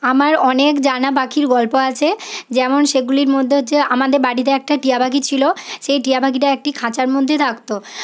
আমার অনেক জানা পাখির গল্প আছে যেমন সেগুলির মধ্যে হচ্ছে আমাদের বাড়িতে একটা টিয়াপাখি ছিল সেই টিয়াপাখিটা একটি খাঁচার মধ্যে থাকত